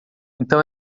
então